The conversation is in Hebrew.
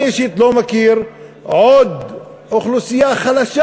אני אישית לא מכיר עוד אוכלוסייה חלשה